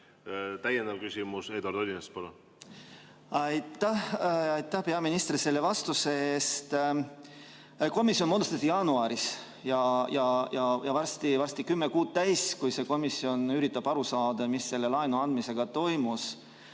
täiendav küsimus. Eduard Odinets, palun! Aitäh, peaminister, selle vastuse eest! Komisjon moodustati jaanuaris ja varsti on kümme kuud täis, kui see komisjon üritab aru saada, mis selle laenu andmisega toimus.